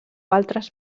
altres